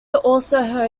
also